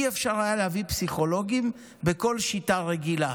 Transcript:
לא היה אפשר להביא פסיכולוגים בכל שיטה רגילה.